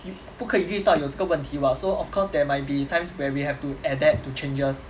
不可以预到有这个问题 [what] so of course there might be times where we have to adapt to changes